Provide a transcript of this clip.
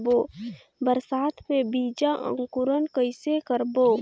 बरसात मे बीजा अंकुरण कइसे करबो?